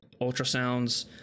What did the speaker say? ultrasounds